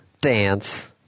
dance